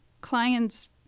clients